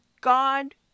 God